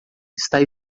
está